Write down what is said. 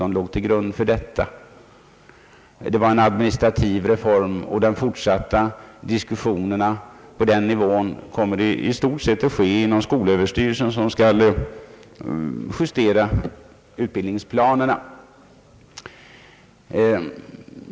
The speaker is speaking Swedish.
Det var alltså en administrativ reform, och de fortsatta diskussionerna om den skolnivån kommer i stort sett att äga rum inom skolöverstyrelsen, som skall justera utbildningsplanerna.